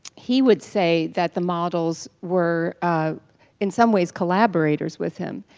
he would say that the models were in some ways collaborators with him.